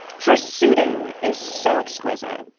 her suiting is so exquisite.